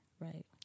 right